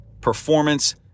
performance